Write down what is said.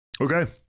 Okay